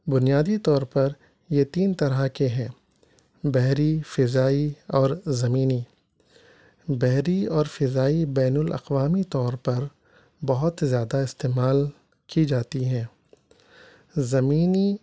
بنیادی طور پر یہ تین طرح کے ہیں بحری فضائی اور زمینی بحری اور فضائی بین الاقوامی طور پر بہت زیادہ استعمال کی جاتی ہیں زمینی